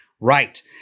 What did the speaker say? Right